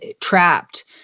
trapped